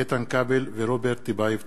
איתן כבל ורוברט טיבייב.